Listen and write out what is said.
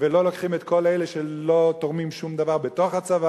ולא לוקחים את כל אלה שלא תורמים שום דבר בצבא,